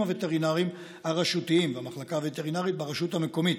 הווטרינריים הרשותיים במחלקה הווטרינרית ברשות המקומית.